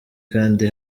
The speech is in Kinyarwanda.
kandi